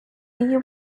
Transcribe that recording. you